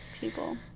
People